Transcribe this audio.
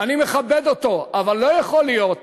אני מכבד אותו, אבל לא יכול להיות